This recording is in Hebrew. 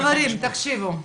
חברים תקשיבו,